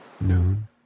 noon